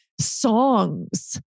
songs